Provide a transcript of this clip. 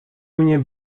mnie